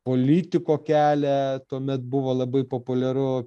politiko kelią tuomet buvo labai populiaru